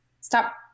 stop